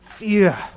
fear